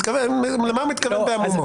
שאלתי למה הוא מתכוון ב"עמומות".